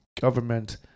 government